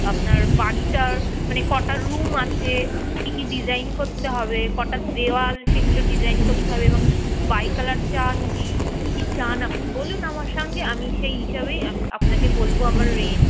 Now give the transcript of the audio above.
আপনার বাড়িটার মানে কটা রুম আছে কী কী ডিজাইন করতে হবে কটা দেওয়াল সেগুলো ডিজাইন করতে হবে এবং বাই কালার চান কি কি চান আপনি বলুন আমার সঙ্গে আমি সেই হিসাবেই আপনাকে বলবো আমার রেঞ্জ